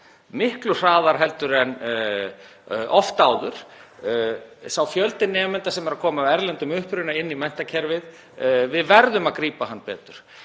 miklu hraðar heldur en oft áður. Sá fjöldi nemenda sem er að koma af erlendum uppruna inn í menntakerfið — við verðum að grípa hann betur.